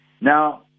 Now